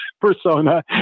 persona